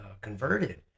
converted